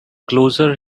closer